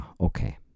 okay